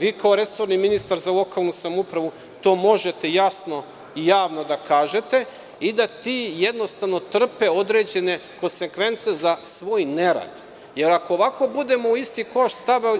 Vi kao resorni ministar za lokalnu samoupravu to možete jasno i javno da kažete i da ti jednostavno trpe određene konsekvence za svoj nerad, jer ako ovako budemo u isti koš